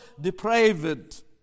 depraved